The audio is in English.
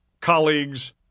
colleagues